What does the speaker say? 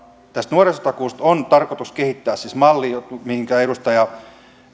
nuorisotakuusta on tarkoitus siis kehittää malli mihinkä edustaja